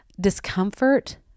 discomfort